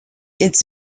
its